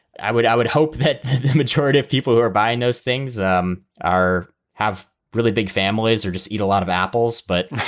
i would i would hope that the majority of people who are buying those things um are have really big families or just eat a lot of apples but